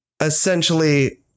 essentially